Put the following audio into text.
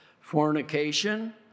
fornication